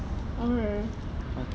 okay